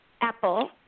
apple